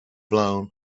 blown